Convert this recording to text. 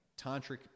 tantric